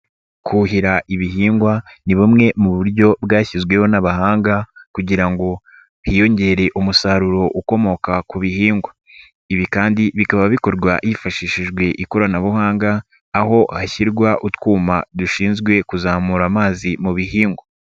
Kuhira ibihingwa ni bumwe mu buryo bwashyizweho n'abahanga kugira ngo hiyongere umusaruro ukomoka ku bihingwa, ibi kandi bikaba bikorwa hifashishijwe ikoranabuhanga aho hashyirwa utwuma dushinzwe kuzamura amazi mu bihingwa.